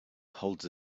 holds